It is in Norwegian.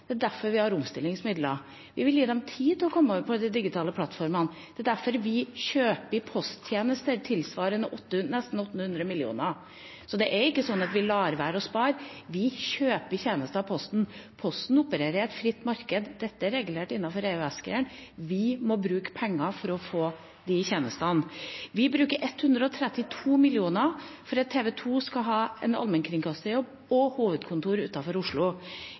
Det er derfor vi har omstillingsmidler. Vi vil gi dem tid til å komme over på de digitale plattformene. Det er derfor vi kjøper posttjenester tilsvarende nesten 800 mill. kr, så det er ikke sånn at vi lar være å spare. Vi kjøper tjenester av Posten. Posten opererer i et fritt marked. Dette er regulert innenfor EØS. Vi må bruke penger for å få de tjenestene. Vi bruker 132 mill. kr for at TV 2 skal ha en allmennkringkasterjobb og hovedkontor utenfor Oslo.